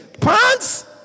Pants